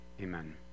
amen